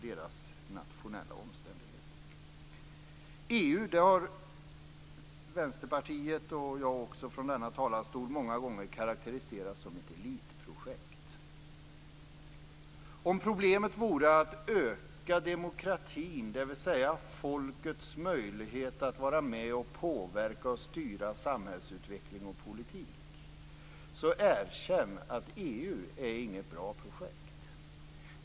Vi i Vänsterpartiet har från denna talarstol många gånger karakteriserat EU som ett elitprojekt. Om problemet vore att öka demokratin, dvs. folkets möjlighet att vara med och påverka och styra samhällsutveckling och politik, så måste man erkänna att EU inte är något bra projekt.